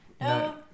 No